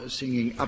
singing